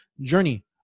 journey